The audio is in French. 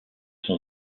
son